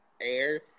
air